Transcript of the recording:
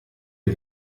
ihr